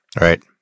Right